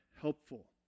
helpful